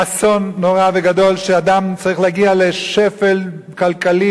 אסון נורא וגדול שאדם צריך להגיע לשפל כלכלי